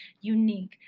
unique